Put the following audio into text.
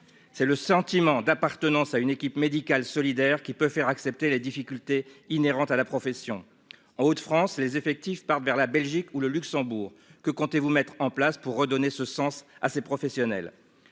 c'est le sentiment d'appartenance à une équipe médicale solidaire qui peut faire accepter les difficultés inhérentes à la profession, en Hauts-de-France les effectifs par vers la Belgique ou le Luxembourg, que comptez-vous mettre en place pour redonner ce sens à ces professionnels,